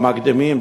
המקדימים,